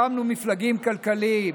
הקמנו מפלגים כלכליים,